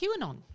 QAnon